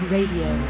Radio